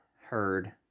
heard